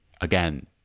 again